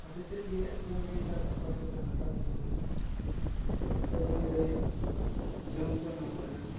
ᱟᱹᱰᱤ ᱛᱮᱫᱜᱮ ᱟᱯᱱᱟᱨ ᱜᱮ ᱮᱸᱜᱟᱛ ᱟᱯᱟᱛ ᱞᱮᱠᱟ ᱠᱷᱟᱴᱟᱜ ᱦᱩᱭᱟᱢᱟ ᱚᱠᱛᱚ ᱡᱟᱹᱱᱤᱨᱮ ᱡᱚᱢ ᱠᱚ ᱮᱢᱟ ᱠᱚ ᱮᱱᱟᱝ